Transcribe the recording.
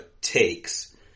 takes